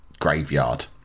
graveyard